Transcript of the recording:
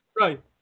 Right